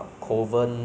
那摊是